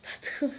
pastu